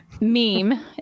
meme